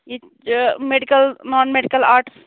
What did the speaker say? ییٚتہِ medical non medical arts